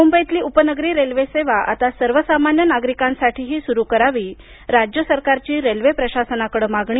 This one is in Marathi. मुंबईतली उपनगरी रेल्वे सेवा आता सर्वसामान्य नागरिकांसाठीही सुरू करावी राज्य सरकारची रेल्वे प्रशासनाकडे मागणी